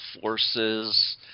forces